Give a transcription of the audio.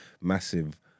massive